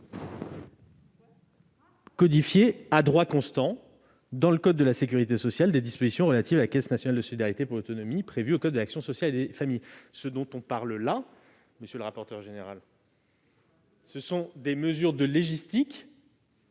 codifier, à droit constant, dans le code de la sécurité sociale les dispositions relatives à la Caisse nationale de solidarité pour l'autonomie prévues au code de l'action sociale et des familles ». Monsieur le rapporteur général, il s'agit là de mesures de légistique,